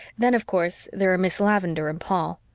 then, of course, there are miss lavendar and paul.